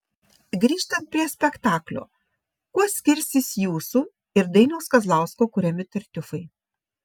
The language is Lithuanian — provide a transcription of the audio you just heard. grįžtant prie spektaklio kuo skirsis jūsų ir dainiaus kazlausko kuriami tartiufai